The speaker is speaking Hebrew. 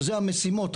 שאלה המשימות,